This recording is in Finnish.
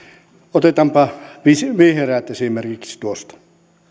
otetaanpa vihreät esimerkiksi tuosta